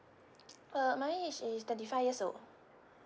uh my age is thirty five years old